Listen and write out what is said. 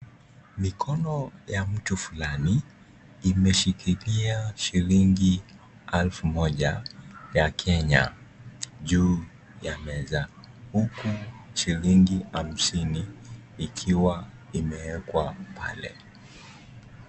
Mikono ya mtu fulani imeshikilia shilingi alfu moja ya Kenya juu ya meza huku shilingi hamsini ikiwa imewekwa pale.